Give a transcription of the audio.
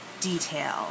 Detail